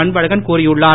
அன்பழகன் கூறியுள்ளார்